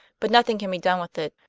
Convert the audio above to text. but nothing can be done with it.